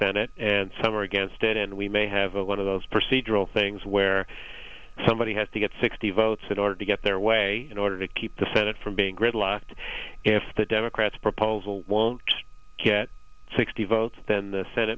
senate and some are against it and we may have it one of those procedural things where somebody has to get sixty votes in order to get their way in order to keep the senate from being gridlocked if the democrats proposal won't get sixty votes then the